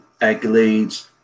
accolades